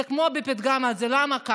זה כמו בפתגם: למה?